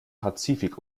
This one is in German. pazifik